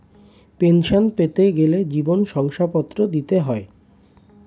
pension পেতে গেলে জীবন শংসাপত্র দিতে হয়